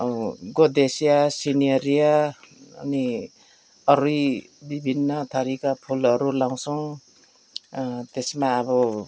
अब godetia cineraria अनि अरू विभिन्न थरीका फुलहरू लगाउँछौँ त्यसमा अब